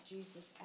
Jesus